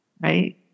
Right